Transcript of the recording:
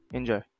Enjoy